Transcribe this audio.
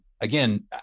again